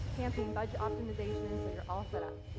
campaign budget optimisation so you're all set up.